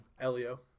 Elio